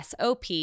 sop